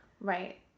Right